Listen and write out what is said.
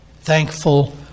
thankful